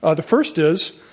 ah the first is,